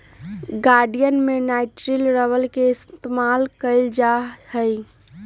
गड़ीयन में nitrile rubber के इस्तेमाल कइल जा हई